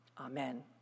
Amen